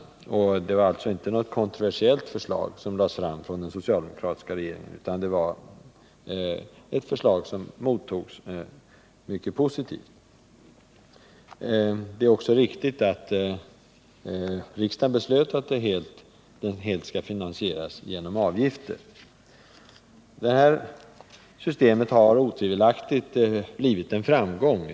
Det var alltså inte något kontroversiellt förslag som lades fram av den socialdemokratiska regeringen, utan det var ett förslag som mottogs mycket positivt. Det är också riktigt att riksdagen beslöt att delpensionen helt skulle finansieras genom avgifter. Delpensionssystemet har otvivelaktigt blivit en framgång.